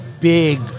big